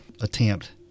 attempt